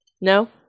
No